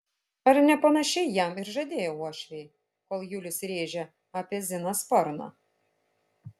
ar ne panašiai jam ir žadėjo uošviai kol julius rėžė apie ziną sparną